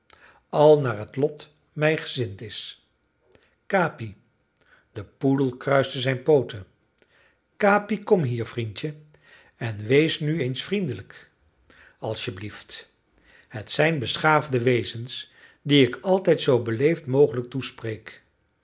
al naar het lot mij gezind is capi de poedel kruiste zijne pooten capi kom hier vriendje en wees nu eens vriendelijk als je blieft het zijn beschaafde wezens die ik altijd zoo beleefd mogelijk